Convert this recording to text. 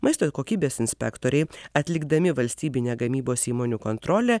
maisto kokybės inspektoriai atlikdami valstybinę gamybos įmonių kontrolę